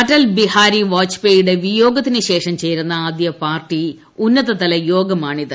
അടൽ ബിഹാരി വാജ്പ്പേയ്യുടെ വിയോഗത്തിന് ശേഷം ചേരുന്ന ആദ്യ പാർട്ടി ഉന്നതതല യോഗമാണിത്